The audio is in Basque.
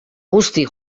guzti